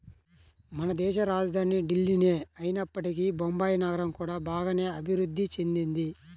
మనదేశ రాజధాని ఢిల్లీనే అయినప్పటికీ బొంబాయి నగరం కూడా బాగానే అభిరుద్ధి చెందింది